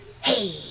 Hey